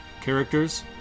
characters